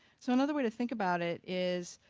so another way to think about it is,